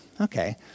okay